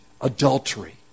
adultery